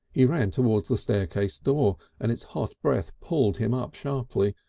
he ran towards the staircase door, and its hot breath pulled him up sharply.